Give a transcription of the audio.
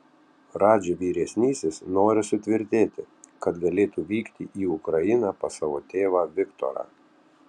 radži vyresnysis nori sutvirtėti kad galėtų vykti į ukrainą pas savo tėvą viktorą